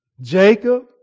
Jacob